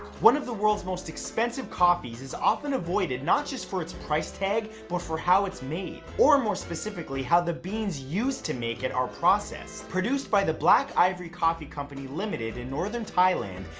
one of the world's most expensive coffees is often avoided not just for its price tag but for how it's made or more specifically how the beans used to make it are processed. produced by the black ivory coffee company limited in northern thailand,